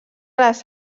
les